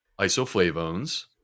isoflavones